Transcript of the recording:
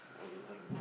all !aiyo!